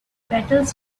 battles